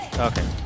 Okay